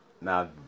Now